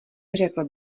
řekl